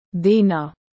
Dena